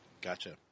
Gotcha